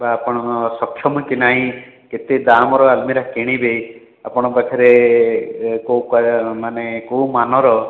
ବା ଆପଣଙ୍କର ସକ୍ଷମ ଟି ନାହିଁ କେତେ ଦାମର ଆଲମିରାଟି କିଣିବେ ଆପଣଙ୍କ ପାଖରେ ମାନେ କେଉଁ ମାନର